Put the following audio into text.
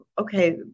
okay